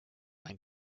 mein